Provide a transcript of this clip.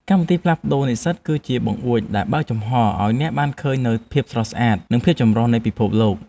កម្មវិធីផ្លាស់ប្តូរនិស្សិតគឺជាបង្អួចដែលបើកចំហរឱ្យអ្នកបានឃើញនូវភាពស្រស់ស្អាតនិងភាពចម្រុះនៃពិភពលោក។